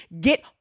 get